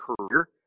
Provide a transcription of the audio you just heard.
career